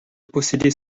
posséder